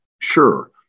sure